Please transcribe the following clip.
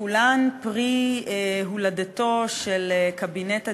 שכולן פרי הולדתו של קבינט הדיור,